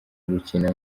gukina